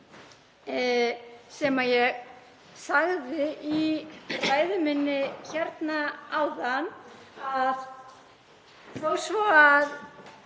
sem ég sagði í ræðu minni hérna áðan að það